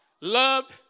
loved